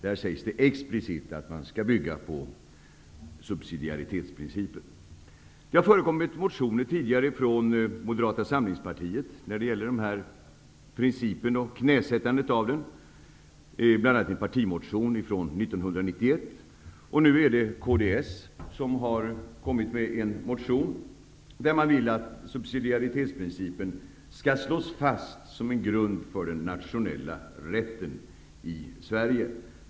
Där sägs det explicit att man skall bygga på subsidiaritetsprincipen. Det har tidigare väckts motioner från Moderata samlingspartiet om knäsättandet av denna princip, bl.a. en partimotion 1991. Och nu har kds väckt en motion där man vill att subsidiaritetsprincipen skall slås fast som en grund för den nationella rätten i Sverige.